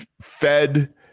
fed